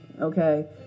okay